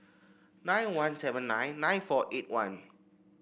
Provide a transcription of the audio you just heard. nine one seven nine nine four eight one